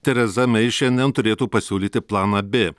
tereza mei šiandien turėtų pasiūlyti planą b